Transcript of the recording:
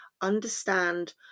understand